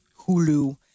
Hulu